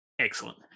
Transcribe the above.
excellent